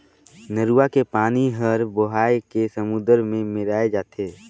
नरूवा के पानी हर बोहाए के समुन्दर मे मेराय जाथे